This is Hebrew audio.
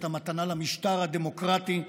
אתה מתנה למשטר הדמוקרטי,